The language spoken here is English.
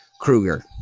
Kruger